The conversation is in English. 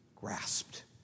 grasped